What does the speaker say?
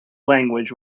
language